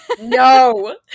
no